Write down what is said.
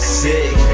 sick